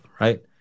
right